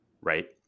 Right